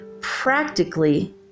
practically